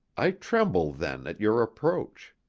i tremble then at your approach.